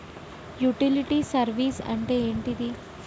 Utility service అంటే ఏంటిది?